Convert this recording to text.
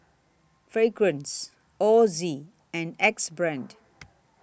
Fragrance Ozi and Axe Brand